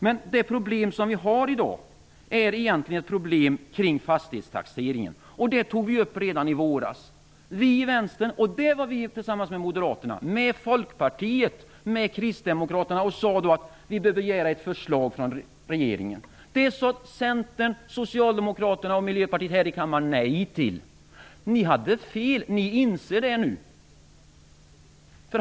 Men det problem som vi har i dag är egentligen ett problem kring fastighetstaxeringen. Detta tog vi i Vänstern upp redan i våras. Vi sade då tillsammans med Moderaterna, Folkpartiet och Kristdemokraterna att ett förslag från regeringen borde begäras. Det sade Centern, Socialdemokraterna och Miljöpartiet här i kammaren nej till. Ni hade fel, och det inser ni nu.